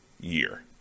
year